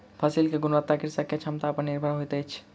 फसिल के गुणवत्ता कृषक के क्षमता पर निर्भर होइत अछि